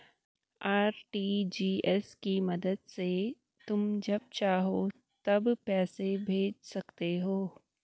RTGS की मदद से तुम जब चाहो तब पैसे भेज सकते हो